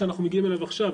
שאנחנו מגיעים אליו עכשיו.